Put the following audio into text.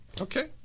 okay